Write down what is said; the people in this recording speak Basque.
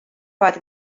bat